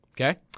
Okay